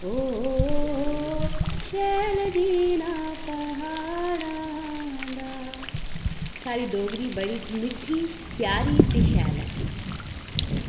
ओ हो हो शैल जीना प्हाड़ां दा साढ़ी डोगरी बड़ी मिट्ठी प्यारी ते शैल ऐ